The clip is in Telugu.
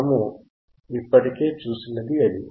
మనము ఇప్పటికే చూసినది అదే